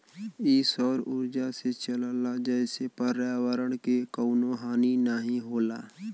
इ सौर उर्जा से चलला जेसे पर्यावरण के कउनो हानि नाही होला